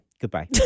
Goodbye